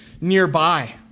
nearby